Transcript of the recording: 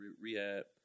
rehab